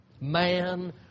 man